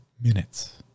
minutes